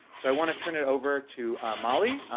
so i wanna turn it over to molly,